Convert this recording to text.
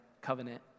covenant